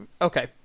Okay